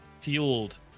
fueled